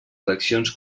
eleccions